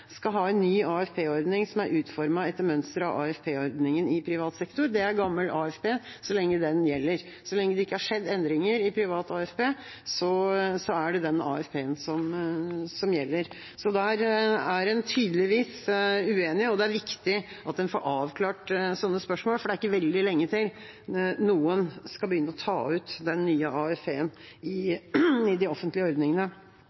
skal ha en ny AFP-ordning som er utformet etter mønster av AFP-ordningen i privat sektor.» Det er gammel AFP så lenge den gjelder. Så lenge det ikke har skjedd endringer i privat AFP, er det den AFP-en som gjelder. Der er en tydeligvis uenig, og det er viktig at en får avklart sånne spørsmål, for det er ikke veldig lenge til noen skal begynne å ta ut den nye AFP-en i de offentlige ordningene.